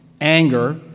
anger